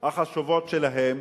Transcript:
החשובות שלהם